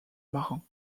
marins